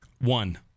one